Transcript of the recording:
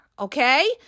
Okay